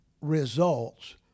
results